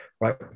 right